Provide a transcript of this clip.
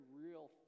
real